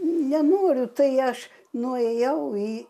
nenoriu tai aš nuėjau į